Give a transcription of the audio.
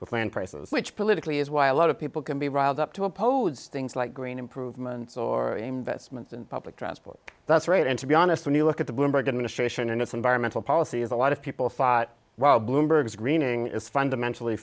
with land prices which politically is why a lot of people can be riled up to oppose things like green improvements or investments in public transport that's right and to be honest when you look at the bloomberg administration and its environmental policy is a lot of people thought well bloomberg screening is fundamentally